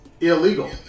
illegal